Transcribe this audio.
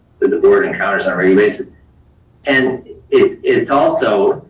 that the board encounters on and it's it's also,